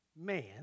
man